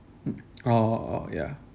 orh orh yeah